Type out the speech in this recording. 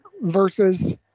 versus